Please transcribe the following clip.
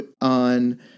on